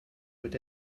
peut